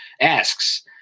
Asks